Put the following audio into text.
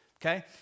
Okay